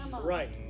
Right